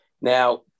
Now